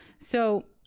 so